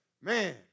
Man